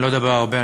אני לא אדבר הרבה.